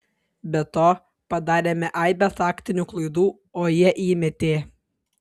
be to padarėme aibę taktinių klaidų o jie įmetė